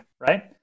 right